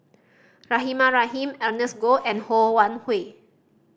Rahimah Rahim Ernest Goh and Ho Wan Hui